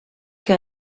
que